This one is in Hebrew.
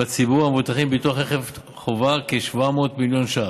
לציבור המבוטחים בביטוח רכב חובה כ-700 מיליון שקלים.